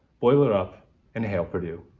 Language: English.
boiler up and hail purdue.